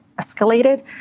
escalated